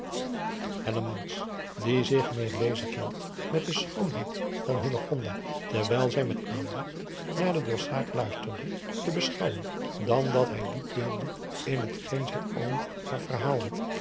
die zich meer bezig hield met de schoonheid van hillegonda terwijl zij met aandacht naar den drossaard luisterde te beschouwen dan dat hij diep deelde in het geen zijn oom haar verhaalde